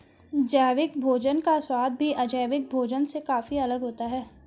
जैविक भोजन का स्वाद भी अजैविक भोजन से काफी अलग होता है